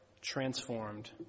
transformed